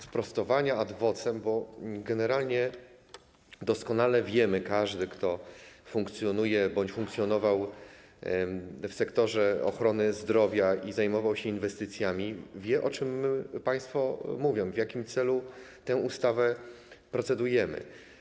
Sprostowanie ad vocem, bo generalnie doskonale wiemy, każdy, kto funkcjonuje bądź funkcjonował w sektorze ochrony zdrowia i zajmował się inwestycjami, wie, o czym państwo mówią, w jakim celu nad tą ustawą procedujemy.